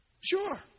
Sure